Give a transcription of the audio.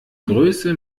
größe